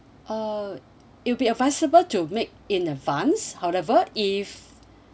uh it will be advisable to make in advance however if